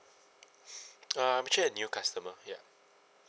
uh I'm actually a new customer ya